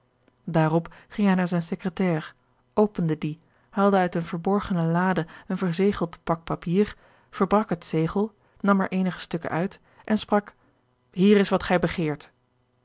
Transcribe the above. ging hij naar zijne secretaire opende die haalde uit eene verborgene lade een verzegeld pak papieren verbrak het zegel nam er eenige stukken uit en sprak hier is wat gij begeert